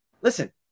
Listen